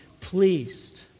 pleased